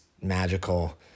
magical